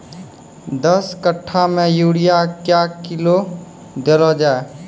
दस कट्ठा मे यूरिया क्या किलो देलो जाय?